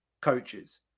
coaches